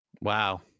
Wow